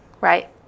right